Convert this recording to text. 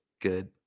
good